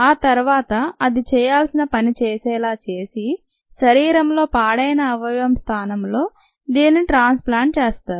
ఆ తర్వాత అది చేయాల్సిన పని చేసేలా చేసి శరీరంలో పాడైన అవయవం స్థానంలో దీనిని ట్రాన్స్ప్లాంట్ చేస్తారు